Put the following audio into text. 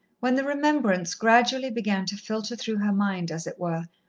when the remembrance gradually began to filter through her mind, as it were,